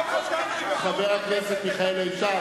חבר הכנסת מיכאל איתן.